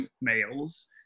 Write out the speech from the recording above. males